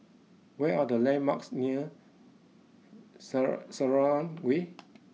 where are the landmarks near Sara Selarang Way